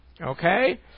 Okay